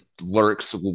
lurks